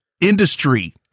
Industry